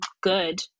good